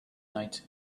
night